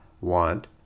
want